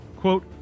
quote